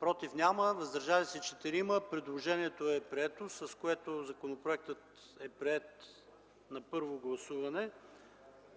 против няма, въздържали се 4. Предложението е прието, а с това е приет и законопроектът на първо гласуване.